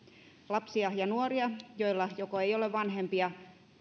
lapsia ja nuoria joilla joko ei ole vanhempia